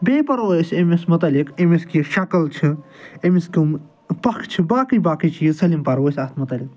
بیٚیہِ پَرو أسۍ أمِس مُتعلِق أمِس کِژھ شکل چھِ أمس کَم پکھ چھِ باقٕے باقٕے چیٖز سٲلِم پَرَو أسۍ اتھ مُتعلِق